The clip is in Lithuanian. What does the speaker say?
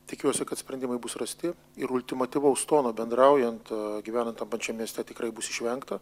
tikiuosi kad sprendimai bus rasti ir ultimatyvaus tono bendraujant gyvenant tam pačiam mieste tikrai bus išvengta